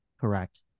Correct